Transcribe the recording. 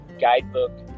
guidebook